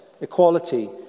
Equality